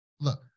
look